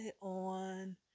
on